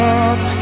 up